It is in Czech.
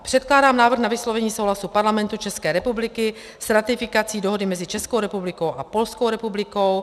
Předkládám návrh na vyslovení souhlasu Parlamentu České republiky s ratifikací dohody mezi Českou republikou a Polskou republikou.